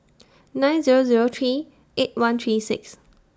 nine Zero Zero three eight one three six